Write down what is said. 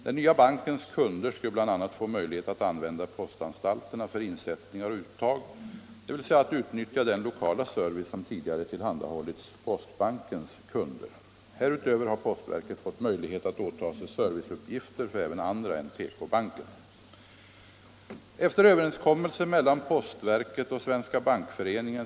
Den nya bankens kunder skulle bl.a. få möjlighet att använda postanstalterna för insättningar och uttag, dvs. att utnyttja den lokala service som tidigare tillhandahållits postbankens kunder. Härutöver har postverket fått möjlighet att åtaga sig serviceuppgifter för även andra än PK-banken.